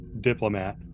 diplomat